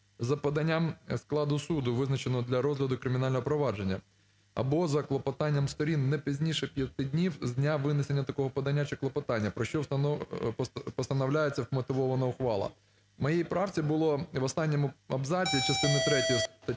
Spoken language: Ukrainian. за поданням складу суду, визначеного для розгляду кримінального провадження, або за клопотанням сторін не пізніше 5 днів з дня винесення такого подання чи клопотання, про що постановляється вмотивована ухвала. В моїй правці було в останньому абзаці частини третьої статті